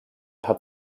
hat